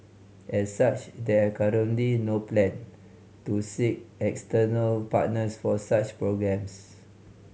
as such there are currently no plan to seek external partners for such programmes